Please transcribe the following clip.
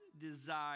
desire